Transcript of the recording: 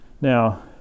Now